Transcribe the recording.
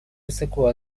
высоко